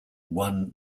one